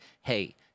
hey